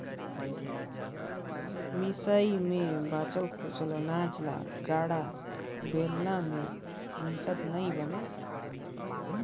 मिसई मे बाचल खोचल अनाज ल गाड़ा, बेलना मे मिसत नी बने